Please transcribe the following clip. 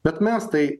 bet mes tai